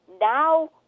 Now